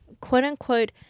quote-unquote